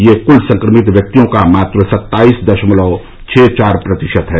यह कुल संक्रमित व्यक्तियों का मात्र सत्ताईस दशमलव छह चार प्रतिशत है